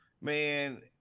Man